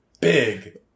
big